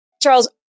Charles